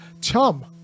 chum